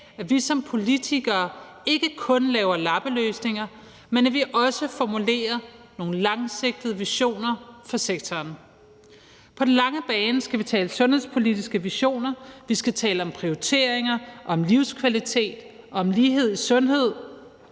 at vi som politikere ikke kun laver lappeløsninger, men at vi også formulerer nogle langsigtede visioner for sektoren. På den lange bane skal vi tale sundhedspolitiske visioner, og vi skal tale om prioriteringer, om livskvalitet, om lighed i sundhed